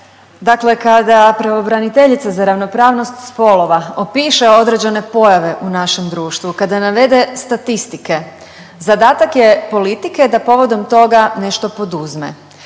dakle kada pravobraniteljica za ravnopravnost spolova opiše određene pojave u našem društvu, kada navede statistike, zadatak je politike da povodom toga nešto poduzme.